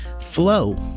Flow